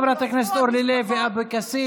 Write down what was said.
חברת הכנסת אורלי לוי אבקסיס.